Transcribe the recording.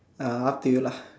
uh up to you lah